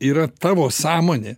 yra tavo sąmonė